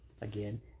Again